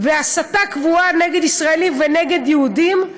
והסתה קבועה נגד ישראלים ונגד יהודים,